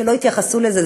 שלא התייחסו לזה,